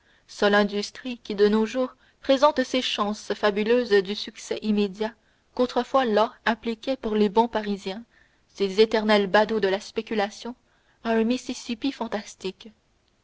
seule industrie qui de nos jours présente ces chances fabuleuses de succès immédiat qu'autrefois law appliqua pour les bons parisiens ces éternels badauds de la spéculation à un mississippi fantastique